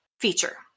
feature